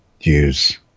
use